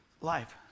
life